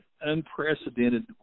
unprecedented